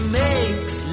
makes